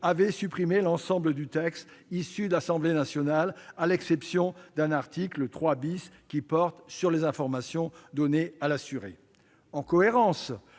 a supprimé l'ensemble du texte issu de l'Assemblée nationale, à l'exception d'un article, l'article 3 , qui porte sur les informations données à l'assuré. En cohérence